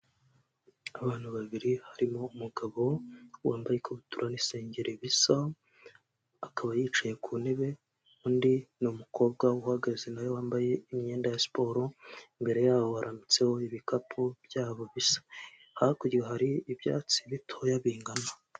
Abantu babiri, harimo umugabo wambaye ikabutura n'isengeri bisa, akaba yicaye ku ntebe; undi ni umukobwa uhagaze na we wambaye imyenda ya siporo. Imbere yabo harambitseho ibikapu byabo bisa; hakurya hari ibyatsi bitoya bingana.